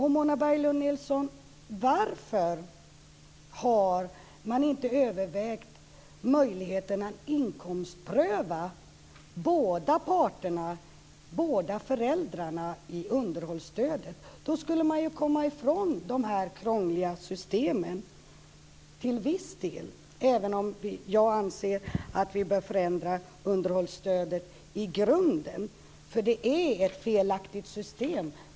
Mona Berglund Nilsson, varför har man inte övervägt möjligheten att inkomstpröva båda föräldrarna när det gäller underhållsstödet? Då skulle man ju komma ifrån dessa krångliga system till viss del, även om jag anser att vi bör förändra underhållsstödet i grunden, eftersom det är ett felaktigt system.